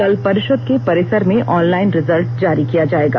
कल परिषद के परिसर में ऑनलाइन रिजल्ट जारी किया जाएगा